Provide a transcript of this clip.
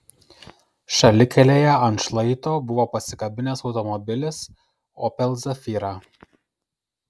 šalikelėje ant šlaito buvo pasikabinęs automobilis opel zafira